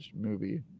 movie